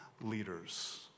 leaders